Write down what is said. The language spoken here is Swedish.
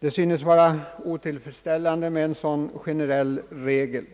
Det synes vara otillfredsställande med en sådan generell regel.